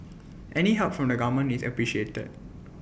any help from the government is appreciated